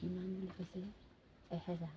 কিমান কৈছিলে এহেজাৰ